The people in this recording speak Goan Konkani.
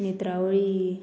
नेत्रावळी